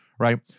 Right